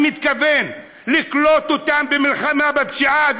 אני מתכוון לקלוט אותם במלחמה בפשיעה,